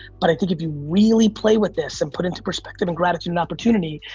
but i think if you really play with this and put into perspective, and gratitude, and opportunity,